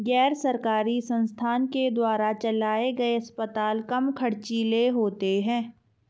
गैर सरकारी संस्थान के द्वारा चलाये गए अस्पताल कम ख़र्चीले होते हैं